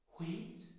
wait